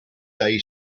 day